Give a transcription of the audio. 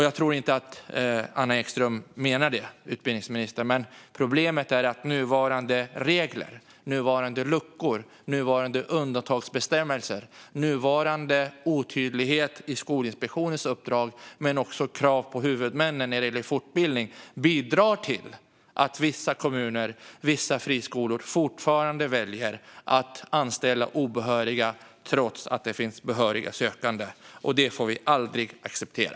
Jag tror inte heller att utbildningsminister Anna Ekström menar det. Problemet är att nuvarande regler, nuvarande luckor, nuvarande undantagsbestämmelser och nuvarande otydlighet i Skolinspektionens uppdrag men också i kraven på huvudmännen när det gäller fortbildning bidrar till att vissa kommuner och vissa friskolor fortfarande väljer att anställa obehöriga trots att det finns behöriga sökande. Det får vi aldrig acceptera.